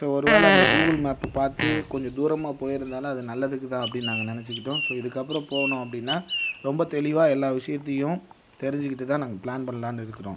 so ஒரு வேலை அந்த கூகுள் மேப் பார்த்து கொஞ்சம் தூரமாக போயிருந்தோனா அது நல்லதுக்கு தான் அப்படினு நாங்கள் நினச்சிக்கிட்டோம் சோ இதுக்கப்புறம் போனோம் அப்படின்னா ரொம்ப தெளிவாக எல்லா விஷயத்தையும் தெரிஞ்சுக்கிட்டு தான் நாங்கள் ப்ளான் பண்ணலாம்னு இருக்கிறோம்